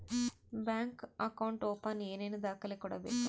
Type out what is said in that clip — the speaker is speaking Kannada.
ಬ್ಯಾಂಕ್ ಅಕೌಂಟ್ ಓಪನ್ ಏನೇನು ದಾಖಲೆ ಕೊಡಬೇಕು?